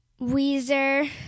Weezer